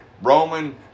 Roman